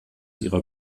ihrer